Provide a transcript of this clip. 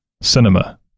cinema